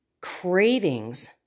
cravings